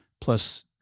plus